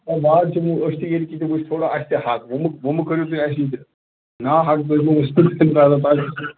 A وۄنۍ ہَہ چھِ أسۍ تہِ ییٚتہِ کی تہٕ وۄنۍ چھِ اَسہِ تہِ حق وۄنۍ مہٕ وۄنۍ مہٕ کٔرِو تُہۍ اَسہِ یِتہِ ناحق